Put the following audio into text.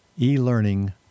e-learning